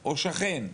או שכן,